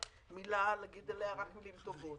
מילה לומר עליה אלא רק מלים טובות.